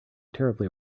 terribly